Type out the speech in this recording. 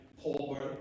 Paul